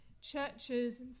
Churches